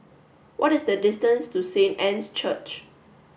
what is the distance to Saint Anne's Church